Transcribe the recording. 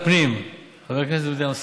הפנים והגנת הסביבה חבר הכנסת דוד אמסלם